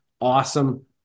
Awesome